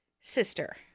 Sister